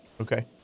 Okay